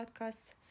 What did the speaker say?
podcasts